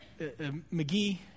McGee